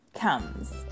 comes